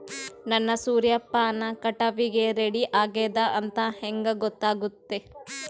ನನ್ನ ಸೂರ್ಯಪಾನ ಕಟಾವಿಗೆ ರೆಡಿ ಆಗೇದ ಅಂತ ಹೆಂಗ ಗೊತ್ತಾಗುತ್ತೆ?